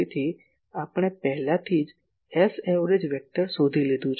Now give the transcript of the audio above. તેથી આપણે પહેલાથી જ Saverage વેક્ટર શોધી લીધું છે